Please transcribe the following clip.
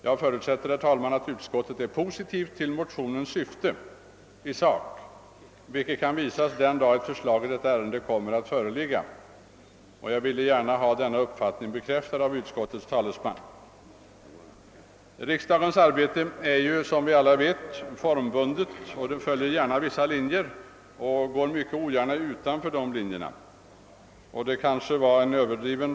Jag förutsätter, herr talman, att utskottet i sak är positivt inställt till motionernas syfte, något som kommer att visa sig den dag ett förslag i ärendet föreligger. Jag vill gärna ha denna uppfattning bekräftad av utskottets talesman. Riksdagens arbete är som vi alla vet formbundet; det följer gärna vissa linjer, och man går ogärna utanför de linjerna.